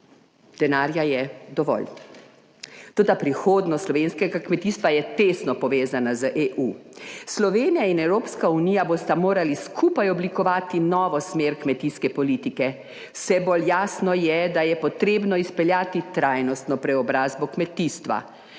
Denarja je dovolj, toda prihodnost slovenskega kmetijstva je tesno povezana z EU. Slovenija in Evropska unija bosta morali skupaj oblikovati novo smer kmetijske politike. Vse bolj jasno je, da je potrebno izpeljati trajnostno preobrazbo kmetijstva.